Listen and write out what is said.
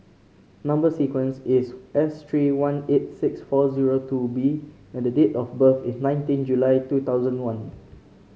number sequence is S three one eight six four zero two B and the date of birth is nineteen July two thousand one